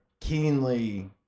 keenly